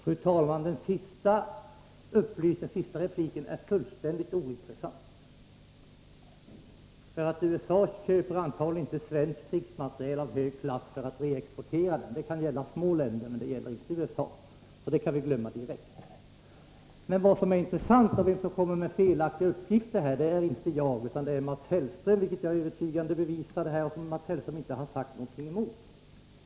Fru talman! Den senaste delen av statsrådets inlägg var fullständigt ointressant, för USA köper antagligen inte svensk krigsmateriel av hög klass för att reexportera den. Det gäller kanske små länder men inte USA, så det kan vi glömma direkt. Det intressanta är att den som kommer med felaktiga uppgifter inte är jag utan Mats Hellström, något som jag övertygande bevisade förut och som Mats Hellström inte har sagt någonting emot.